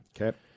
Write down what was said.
Okay